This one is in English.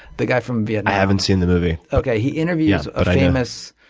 the guy from vietnam. i haven't seen the movie. okay. he interviews a famous